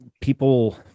people